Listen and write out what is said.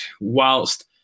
whilst